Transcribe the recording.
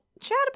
chat